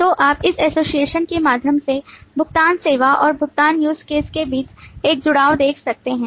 तो आप इस एसोसिएशन के माध्यम से भुगतान सेवा और भुगतान use case के बीच एक जुड़ाव देख सकते हैं